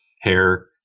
hair